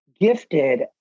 gifted